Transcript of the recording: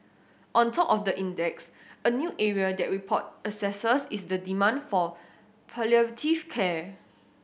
on top of the index a new area that report assesses is the demand for palliative care